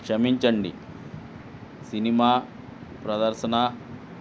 క్షమించండి సినిమా ప్రదర్శన